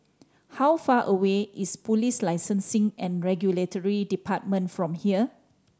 how far away is Police Licensing and Regulatory Department from here